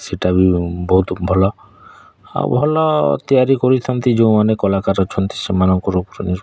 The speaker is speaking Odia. ସେଟା ବି ବହୁତ ଭଲ ଆଉ ଭଲ ତିଆରି କରିଥାନ୍ତି ଯେଉଁମାନେ କଲାକାର ଅଛନ୍ତି ସେମାନଙ୍କୁ ରଖୁଛନ୍ତି